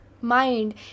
mind